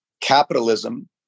capitalism